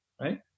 right